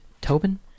Tobin